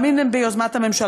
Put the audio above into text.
גם אם הן ביוזמת הממשלה,